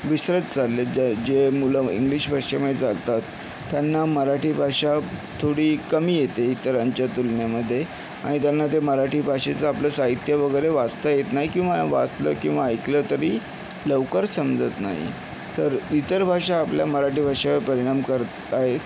विसरत चाललेत ज्या जे मुलं इंग्लिश भाषेमधे जातात त्यांना मराठी भाषा थोडी कमी येते इतरांच्या तुलनेमध्ये आणि त्यांना ते मराठी भाषेचं आपलं साहित्य वगैरे वाचता येत नाही किंवा वाचलं किंवा ऐकलं तरी लवकर समजत नाही तर इतर भाषा आपल्या मराठी भाषेवर परिणाम करत आहेत